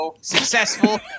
Successful